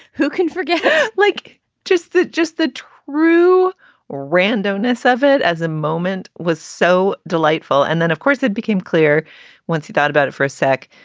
who can forget like just that? just the true or randomness of it as a moment was so delightful. and then, of course, it became clear once you thought about it for a sec,